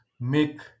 make